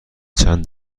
چند